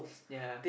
ya